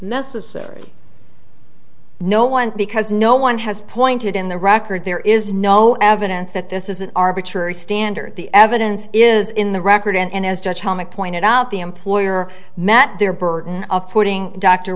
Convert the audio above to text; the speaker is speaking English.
necessary no one because no one has pointed in the record there is no evidence that this is an arbitrary standard the evidence is in the record and as judge helmick pointed out the employer met their burden of putting dr